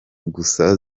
gusa